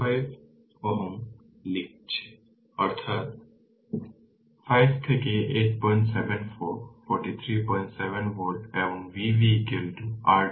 সুতরাং যেখানে i N হল টার্মিনালগুলিতে শর্ট সার্কিট কারেন্ট যা টার্মিনালে একটি R n ইনপুট বা সমতুল্য রেজিস্ট্যান্স দেবে যখন ইনডিপেন্ডেন্ট উত্সগুলি বন্ধ করা হয় এটি r R2 R নর্টনের মতোই